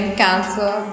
cancer